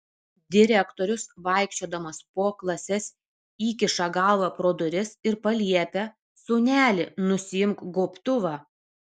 direktorius vaikščiodamas po klases įkiša galvą pro duris ir paliepia sūneli nusiimk gobtuvą